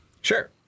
sure